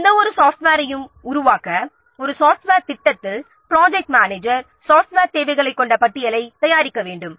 எனவே எந்தவொரு சாஃப்ட்வேரையும் உருவாக்க ப்ராஜெக்ட்டில் ப்ராஜெக்ட் மேனேஜர் சாஃப்ட்வேர் தேவைகளைக் கொண்ட பட்டியலைத் தயாரிக்க வேண்டும்